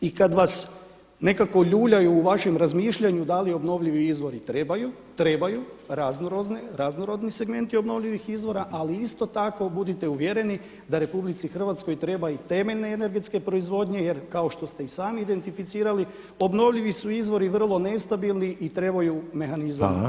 I kada vas nekako ljuljaju u vašem razmišljanju da li obnovljivi izvori trebaju, trebaju raznorodni segmenti obnovljivih izvora ali isto tako budite uvjereni da RH trebaju i temeljne energetske proizvodnje jer kao što ste i sami idenitificirali obnovljivi su izvori vrlo nestabilni i trebaju mehanizam regulacije.